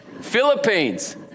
Philippines